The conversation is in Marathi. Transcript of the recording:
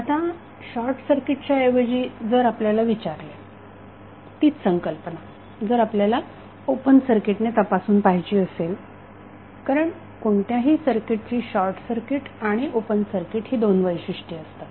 आता शॉर्टसर्किटच्या ऐवजी जर आपल्याला विचारले तीच संकल्पना जर आपल्याला ओपन सर्किटने तपासून पाहायची असेल कारण कोणत्याही सर्किटची शॉर्टसर्किट आणि ओपन सर्किट ही दोन वैशिष्ट्ये असतात